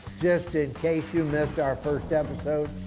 just in case you missed our first episode,